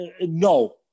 No